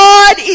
God